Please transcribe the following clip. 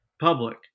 public